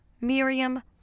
Miriam